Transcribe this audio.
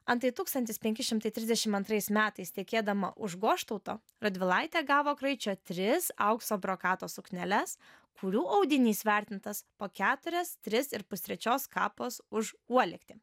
antai tūkstantis penki šimtai trisdešim antrais metais tekėdama už goštauto radvilaitė gavo kraičio tris aukso brokato sukneles kurių audinys vertintas po ketruias tris ir pustrečios kapos už uolektį